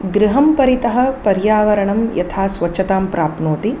गृहं परितः पर्यावरणं यथा स्वच्छतां प्राप्नोति